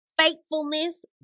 faithfulness